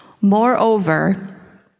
Moreover